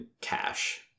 cash